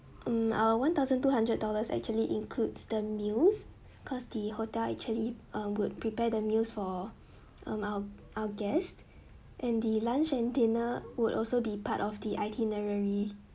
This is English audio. hmm uh one thousand two hundred dollars actually includes the meals cause the hotel actually um would prepare the meals for um our our guest and the lunch and dinner would also be part of the itinerary